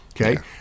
okay